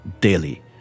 daily